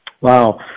Wow